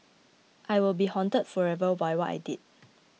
I will be haunted forever by what I did